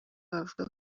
bavuga